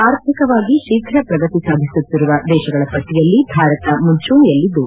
ಆರ್ಥಿಕವಾಗಿ ಶೀಘ ಪ್ರಗತಿ ಸಾಧಿಸುತ್ತಿರುವ ದೇಶಗಳ ಪಟ್ಟಯಲ್ಲಿ ಭಾರತ ಮುಂಚೂಣೆಯಲ್ಲಿದ್ದು